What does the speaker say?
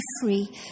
free